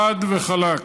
חד וחלק.